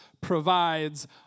provides